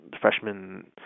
freshman